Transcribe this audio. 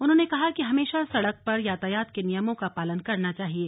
उन्होंने कहा कि हमेशा सड़क पर यातायात के नियमों का पालन कराना चाहिये